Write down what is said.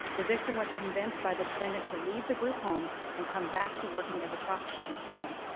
the victim was convinced by the defendant to leave the group home and come back to working as a prostitute for him.